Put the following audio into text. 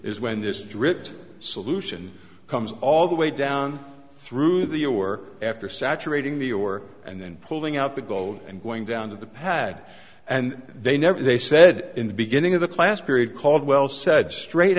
is when this dripped solution comes all the way down through the your after saturating the your and then pulling out the gold and going down to the pad and they never they said in the beginning of the class period caldwell said straight